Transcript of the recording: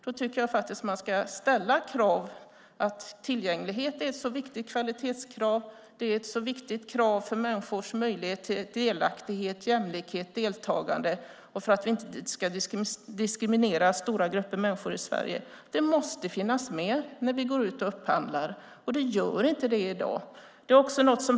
Jag tycker att det ska ställas krav, för tillgänglighet är ett så viktigt kvalitetskrav. Det är ett så viktigt krav för människors möjlighet till delaktighet, jämlikhet, deltagande och för att vi inte ska diskriminera stora grupper människor i Sverige. Det måste finnas med när man går ut och upphandlar, men det gör inte det i dag.